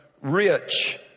rich